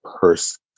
person